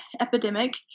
epidemic